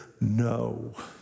no